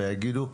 ויגידו,